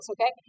okay